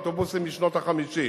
אוטובוסים משנות ה-50.